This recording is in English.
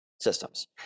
systems